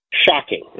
shocking